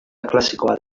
klasikoa